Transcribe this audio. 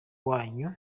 wanyu